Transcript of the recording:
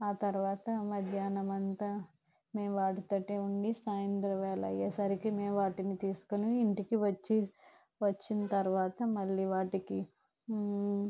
ఆ తర్వాత మధ్యాహ్నం అంతా మేము వాటితోటే ఉండి సాయంత్ర వేళ అయ్యేసరికి మేము వాటిని తీసుకొని ఇంటికి వచ్చి వచ్చిన తర్వాత మళ్ళీ వాటికి